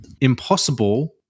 impossible